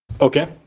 Okay